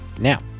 now